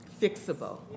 fixable